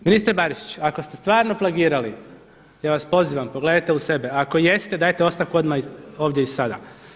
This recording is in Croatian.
Ministre Barišić, ako ste stvarno plagirali ja vas pozivam pogledajte u sebe, ako jeste dajte ostavku odmah ovdje i sada.